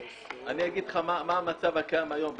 אגיד לך מה המצב הקיים כיום,